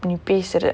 நீ பேசுற:nee pesura